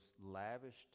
lavished